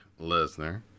Lesnar